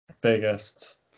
biggest